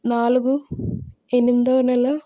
నాలుగు ఎనిమిదవ నెల